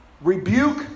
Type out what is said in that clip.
rebuke